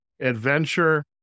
adventure